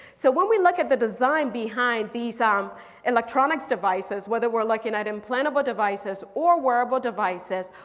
so when we look at the design behind these um electronics devices. whether we're looking at implantable devices or wearable devices.